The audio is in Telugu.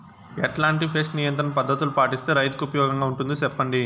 ఎట్లాంటి పెస్ట్ నియంత్రణ పద్ధతులు పాటిస్తే, రైతుకు ఉపయోగంగా ఉంటుంది సెప్పండి?